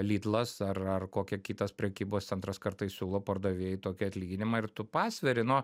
lidlas ar ar kokia kitas prekybos centras kartais siūlo pardavėjai tokį atlyginimą ir tu pasveri na